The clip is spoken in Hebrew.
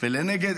ולנגד